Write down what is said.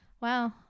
wow